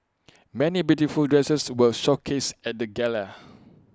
many beautiful dresses were showcased at the gala